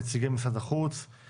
נציגי משרד החוץ,